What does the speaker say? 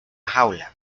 jaula